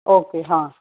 okay હા